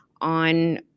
on